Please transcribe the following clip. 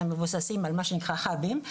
אלא על מה שנקרא חא"בים.